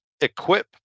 equip